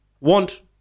want